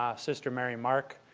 ah sister mary marg,